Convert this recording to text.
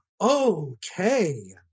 Okay